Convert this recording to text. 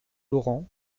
laurent